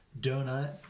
donut